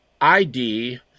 id